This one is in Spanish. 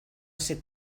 ese